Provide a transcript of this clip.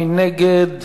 מי נגד?